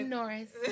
Norris